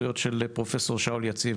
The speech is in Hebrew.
פרופ' שאול יציב,